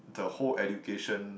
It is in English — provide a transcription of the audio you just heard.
the whole education